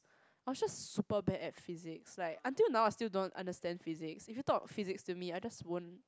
I was just super bad at Physics like until now I still don't understand Physics if you talk a Physics to me I just won't